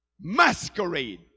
Masquerade